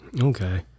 Okay